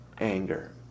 anger